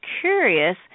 curious